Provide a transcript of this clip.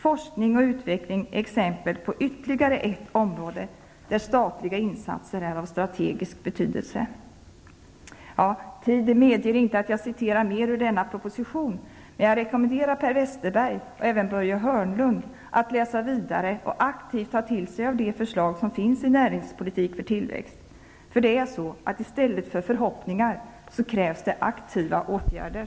Forskning och utveckling är exemepl på ytterligare ett område där statliga insatser är av strategisk betydelse.'' Tiden medger inte att jag citerar mer ur denna proposition, men jag rekommenderar Per Westerberg och även Börje Hörnlund att läsa vidare och aktivt ta till sig av de förslag som finns i Näringspolitik för tillväxt. I stället för förhoppningar krävs aktiva åtgärder.